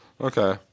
Okay